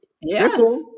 yes